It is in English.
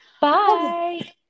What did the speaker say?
Bye